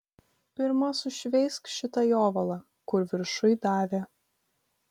pirma sušveisk šitą jovalą kur viršuj davė